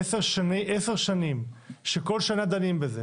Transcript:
עשר שנים שכל שנה דנים בזה,